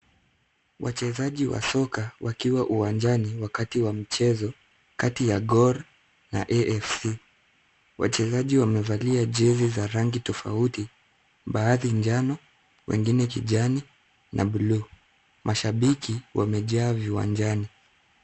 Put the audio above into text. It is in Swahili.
Wachezaji wa soka wakiwa uwanjani wakati wa mchezo kati ya Gor na AFC. Wachezaji wamevalia jezi za rangi tofauti baadhi njano, wengine kijani na blue . Mashabiki wamejaa viwanjani.